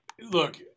look